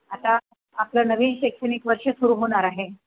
आता आपलं नवीन शैक्षणिक वर्ष सुरू होणार आहे